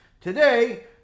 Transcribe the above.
today